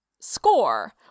score